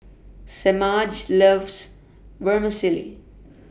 Semaj loves Vermicelli